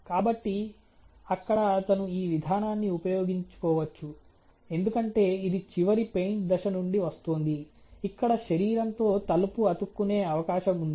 కాబట్టి అక్కడ అతను ఈ విధానాన్ని ఉపయోగించుకోవచ్చు ఎందుకంటే ఇది చివరి పెయింట్ దశ నుండి వస్తోంది ఇక్కడ శరీరంతో తలుపు అతుక్కునే అవకాశం ఉంది